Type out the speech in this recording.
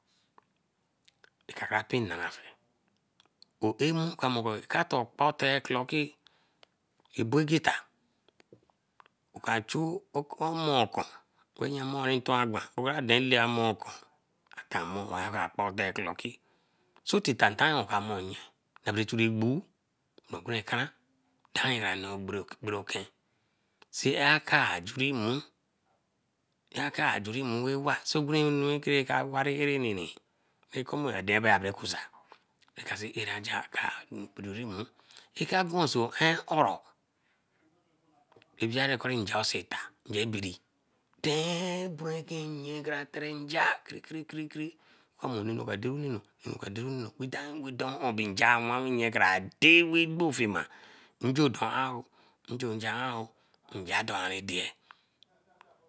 Kakiripi nara fe. O amu ka mor ku kai tey tere-clocki abogeta. Oka chu omo okun re yama un nton agwan. Oka den amor okun atamor tere-clocki to tita tanu-yon oka mon nye babere chu igboor bae eku nkaran dan nye ba nee ogbere okai. See er okai ajii mmu rewa. Segunke ka wari areni adenba abera cusa, eka see ara nja akai jurimu. Ke agunso en-oro, eweri nja sento babiri, don onee kai tere be seen nja kri kri kri omo anu raka danunor. nja awaru nnee kra dey ekpo fima, njo doan oo, njo nge an nja do ra deye.